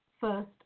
first